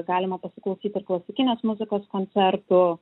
galima pasiklausyt ir klasikinės muzikos koncertų